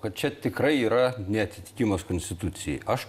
kad čia tikrai yra neatitikimas konstitucijai aš